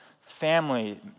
family